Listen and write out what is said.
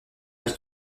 elle